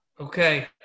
Okay